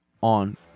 on